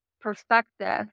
perspective